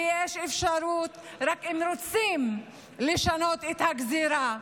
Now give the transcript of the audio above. שיש אפשרות רק אם רוצים לשנות את הגזירה.